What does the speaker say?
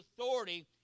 authority